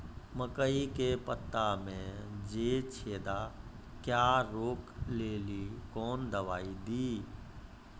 मकई के पता मे जे छेदा क्या रोक ले ली कौन दवाई दी?